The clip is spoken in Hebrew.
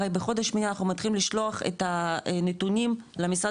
הרי בחודש שמיני אנחנו מתחילים לשלוח את הנתונים למשרד